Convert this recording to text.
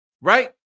Right